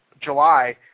July